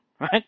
right